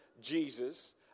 Jesus